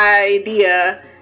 idea